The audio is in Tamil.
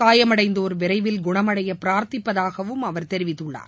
காயமடைந்தோர் விரைவில் குணமடைய பிரார்த்திப்பதாகவும் அவர் தெரிவித்துள்ளார்